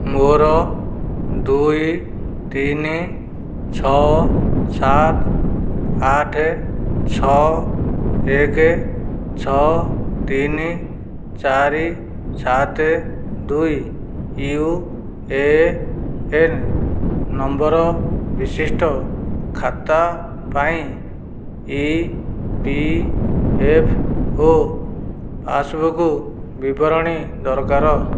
ମୋର ଦୁଇ ତିନି ଛଅ ସାତ ଆଠ ଛଅ ଏକ ଛଅ ତିନି ଚାରି ସାତ ଦୁଇ ୟୁ ଏ ଏନ୍ ନମ୍ବର୍ ବିଶିଷ୍ଟ ଖାତା ପାଇଁ E P F O passbook ବିବରଣୀ ଦରକାର